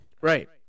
right